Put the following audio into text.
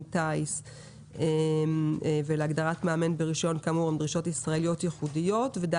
טיס ולהגדרת מאמן ברישיון כאמור הן דרישות ישראליות ייחודיות ודי